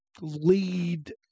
lead